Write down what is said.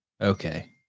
Okay